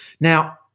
Now